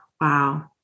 Wow